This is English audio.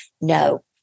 No